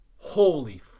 Holy